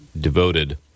devoted